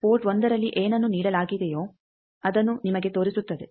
port 1ರಲ್ಲಿ ಏನನ್ನು ನೀಡಲಾಗಿದೆಯೋ ಅದನ್ನು ನಿಮಗೆ ತೋರಿಸುತ್ತದೆ